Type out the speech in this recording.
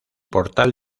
portal